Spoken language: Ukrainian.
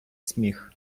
сміх